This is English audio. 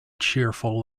cheerful